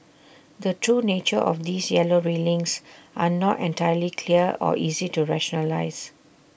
the true nature of these yellow railings are not entirely clear or easy to rationalise